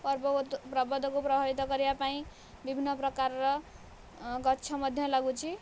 ପର୍ବବତୁ ପ୍ରବଦ କୁ ପ୍ରଭାବିତ କରିବା ପାଇଁ ବିଭିନ୍ନ ପ୍ରକାରର ଗଛ ମଧ୍ୟ ଲାଗୁଛି